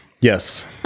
Yes